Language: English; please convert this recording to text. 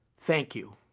thank you.